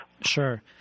Sure